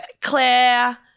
Claire